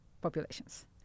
populations